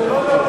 זה לא יורד,